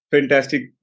Fantastic